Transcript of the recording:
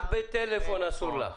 רק בטלפון אסור לך.